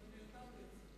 זה מיותר בעצם.